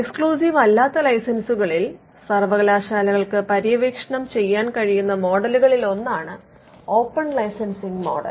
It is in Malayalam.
എക്സ്ക്ലൂസീവ് അല്ലാത്ത ലൈസൻസുകളിൽ സർവകലാശാലകൾക്ക് പര്യവേക്ഷണം ചെയ്യാൻ കഴിയുന്ന മോഡലുകളിൽ ഒന്നാണ് ഓപ്പൺ ലൈസൻസിംഗ് മോഡൽ